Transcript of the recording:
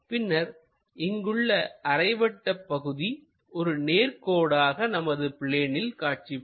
பின்னர் இங்குள்ள அரைவட்ட பகுதி ஒரு நேர்கோடாக நமது பிளேனில் காட்சிப்படும்